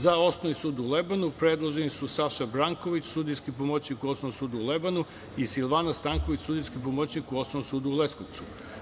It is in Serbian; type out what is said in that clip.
Za Osnovni sud u Lebanu predloženi su Saša Branković, sudijski pomoćnik u Osnovnom sudu u Lebanu i Silvana Stanković, sudijski pomoćnik u Osnovnom sudu u Leskovcu.